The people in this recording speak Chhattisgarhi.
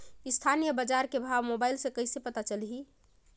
स्थानीय बजार के भाव मोबाइल मे कइसे पता चलही?